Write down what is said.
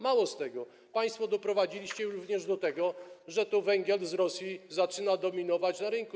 Mało tego, państwo doprowadziliście również do tego, że to węgiel z Rosji zaczyna dominować na rynku.